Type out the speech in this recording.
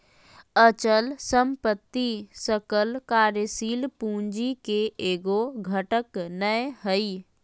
अचल संपत्ति सकल कार्यशील पूंजी के एगो घटक नै हइ